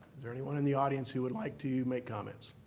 is there anyone in the audience who would like to make comments?